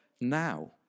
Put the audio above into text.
now